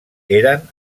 eren